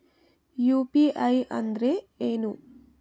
UPI ಅಂದ್ರೆ ಏನು?